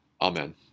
Amen